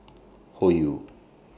Hoyu